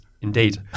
Indeed